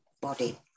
body